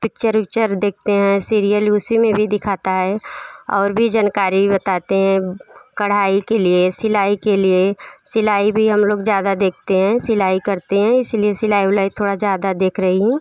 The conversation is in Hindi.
पिक्चर विक्चर देखते हैं सीरियल उसी में भी दिखाता है और भी जनकारी बताते हैं कढ़ाई के लिए सिलाई के लिए सिलाई भी हम लोग ज़्यादा देखते हैं सिलाई करते हैं इसी लिए सिलाई विलाई थोड़ा ज़्यादा देख रही हूँ